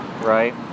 right